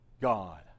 God